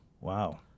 wow